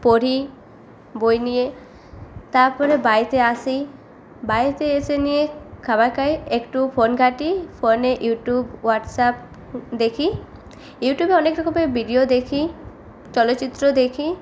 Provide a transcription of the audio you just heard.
পড়ি বই নিয়ে তাপরে বাড়িতে আসি বাড়িতে এসে নিয়ে খাবার খাই একটু ফোন ঘাঁটি ফোনে ইউটিউব হোয়াটসঅ্যাপ দেখি ইউটিউবে অনেক রকমের ভিডিও দেখি চলচ্চিত্র দেখি